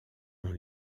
ont